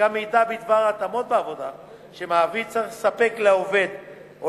שגם מידע בדבר התאמות בעבודה שמעביד צריך לספק לעובד או